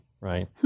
right